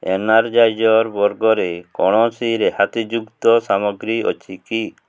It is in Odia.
ଏନର୍ଜାଇଜର୍ ବର୍ଗରେ କୌଣସି ରିହାତିଯୁକ୍ତ ସାମଗ୍ରୀ ଅଛି କି